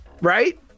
right